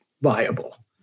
viable